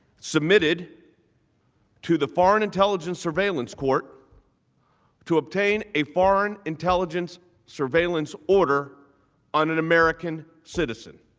submitted to the foreign intelligence surveillance court to obtain a foreign intelligence surveillance order on an american citizen